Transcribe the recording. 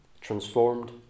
transformed